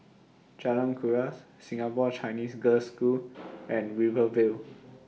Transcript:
Jalan Kuras Singapore Chinese Girls' School and Rivervale